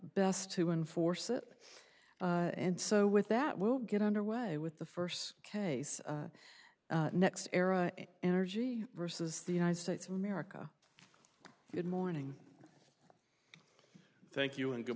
best to enforce it and so with that we'll get underway with the first case next era energy versus the united states of america good morning thank you and good